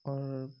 اور